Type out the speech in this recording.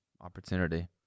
opportunity